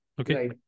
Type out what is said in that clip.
Okay